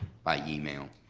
by email.